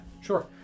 Sure